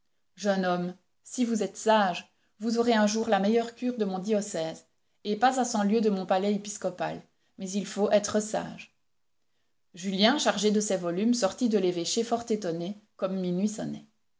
jeune homme si vous êtes sage vous aurez un jour la meilleure cure de mon diocèse et pas à cent lieues de mon palais épiscopal mais il faut être sage julien chargé de ses volumes sortit de l'évêché fort étonné comme minuit sonnait